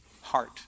heart